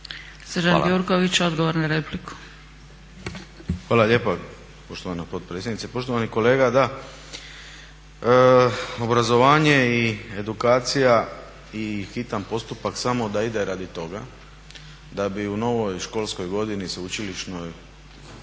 **Gjurković, Srđan (HNS)** Hvala lijepa poštovana potpredsjednice. Poštovani kolega da, obrazovanje i edukacija i hitan postupak samo da ide radi toga da bi u novoj školskoj godini sveučilišnoj